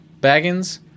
baggins